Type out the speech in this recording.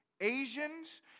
Asians